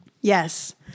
Yes